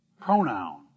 pronoun